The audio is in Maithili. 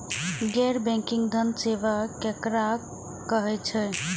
गैर बैंकिंग धान सेवा केकरा कहे छे?